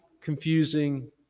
confusing